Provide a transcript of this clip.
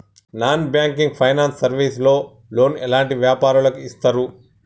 Non banking finance service లో loan ఎలాంటి వ్యాపారులకు ఇస్తరు?